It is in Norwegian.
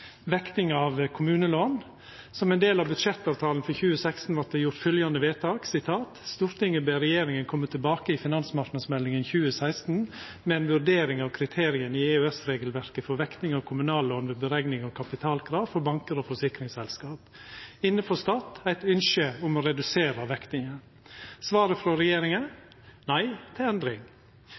vekting av kommunelån. Som ein del av budsjettavtalen for 2016 vart det gjort fylgjande vedtak: «Stortinget ber regjeringen komme tilbake i Finansmarknadsmeldinga 2016 med en vurdering av kriteriene i EØS-regelverket for vekting av kommunelån ved beregninger av kapitalkrav for banker og forsikringsselskaper.» Underforstått: Det var eit ynske om å redusera vektinga. Svaret frå regjeringa var nei til endring.